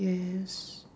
yes